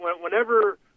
whenever